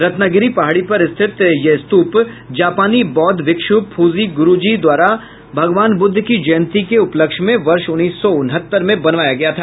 रत्नागिरी पहाड़ी पर स्थित यह स्तूप जापानी बौद्ध मिक्षु फुजी गुरूजी द्वारा भगवान बुद्ध की जयंती के उपलक्ष्य में वर्ष उन्नीस सौ उनहत्तर में बनवाया गया था